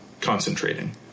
concentrating